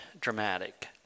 dramatic